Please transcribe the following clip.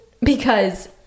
because-